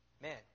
Man